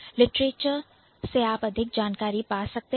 Literature लिटरेचरसाहित्य से आप अधिक जानकारी पा सकते हैं